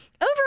Over